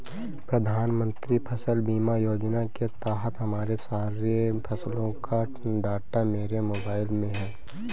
प्रधानमंत्री फसल बीमा योजना के तहत मेरे सारे फसलों का डाटा मेरे मोबाइल में है